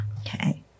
Okay